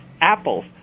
apples